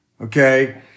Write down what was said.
okay